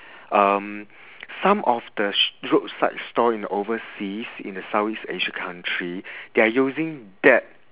um some of the sh~ roadside stall in overseas in the south east asia country they are using dead